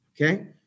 Okay